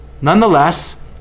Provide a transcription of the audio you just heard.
Nonetheless